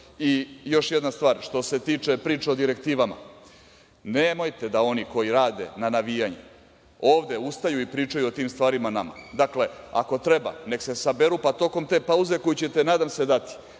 jedna stvar, što se tiče priča o direktivama, nemojte da oni koji rade na navijanje ovde ustaju i pričaju o tim stvarima nama. Dakle, ako treba, neka se saberu, pa tokom te pauze koju ćete, nadam se, dati,